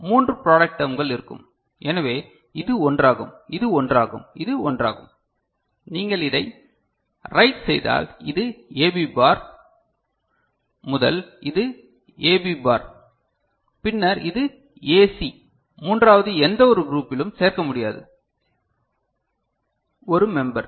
மூன்று ப்ராடக்ட் டெர்ம்கள் இருக்கும் எனவே இது ஒன்றாகும் இது ஒன்றாகும் இது ஒன்றாகும் நீங்கள் இதை ரைட் செய்தால் இது ஏபி பார் முதல் இது ஏபி பார் பின்னர் இது ஏசி மூன்றாவது எந்தவொரு க்ரூப்பிலும் சேர்க்க முடியாது ஒரு மெம்பர்